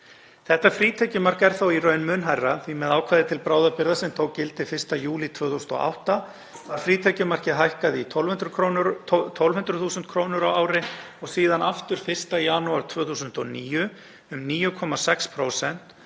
Þetta frítekjumark er þó í raun mun hærra því með ákvæði til bráðabirgða sem tók gildi 1. júlí 2008 var frítekjumarkið hækkað í 1.200.000 kr. á ári og síðan aftur 1. janúar 2009 um 9,6%